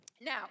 Now